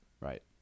Right